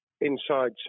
inside